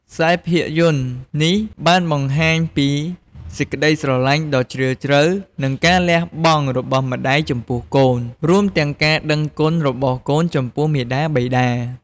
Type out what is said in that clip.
ខ្សែភាពយន្តនេះបានបង្ហាញពីសេចក្ដីស្រឡាញ់ដ៏ជ្រាលជ្រៅ និងការលះបង់របស់ម្តាយចំពោះកូន រួមទាំងការដឹងគុណរបស់កូនចំពោះមាតាបិតា។